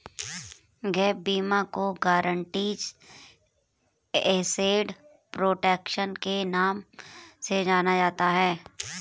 gap बीमा को guaranteed asset protection के नाम से जाना जाता है